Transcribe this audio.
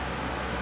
ya